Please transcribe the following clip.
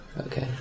Okay